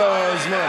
תחזירי לי את הזמן.